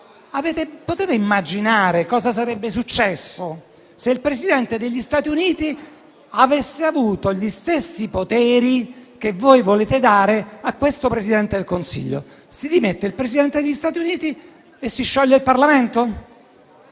Potete immaginare cosa sarebbe successo se il Presidente degli Stati Uniti avesse avuto gli stessi poteri che voi volete dare a questo Presidente del Consiglio? Si dimette il Presidente degli Stati Uniti e si scioglie il Parlamento?